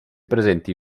presenta